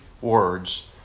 words